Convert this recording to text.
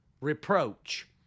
reproach